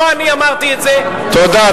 לא אני אמרתי את זה, תודה.